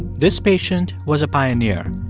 this patient was a pioneer.